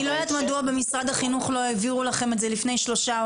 לא יודעת מדוע במשרד החינוך לא העבירו לכם את זה אליכם לפני שלושה,